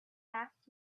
masks